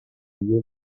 year